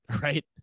right